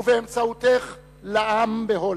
ובאמצעותך לעם בהולנד: